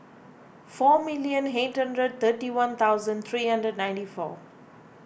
four million eight hundred thirty one thousand three hundred ninety four